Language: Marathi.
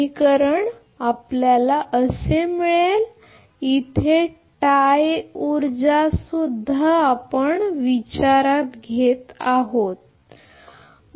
तर हे आपले तसेच टाय पॉवर साठी ते आपल्यासारखेच असतील